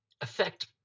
affect